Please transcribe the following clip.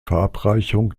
verabreichung